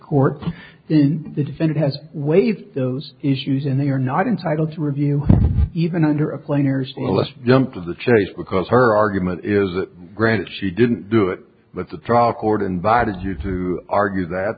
court in the defendant has waived those issues and they are not entitled to review even under a player's smallest jump to the chase because her argument is that granted she didn't do it but the trial court invited you to argue that